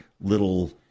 little